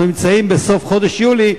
אנחנו נמצאים בסוף חודש יולי,